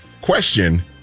question